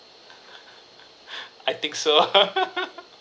I think so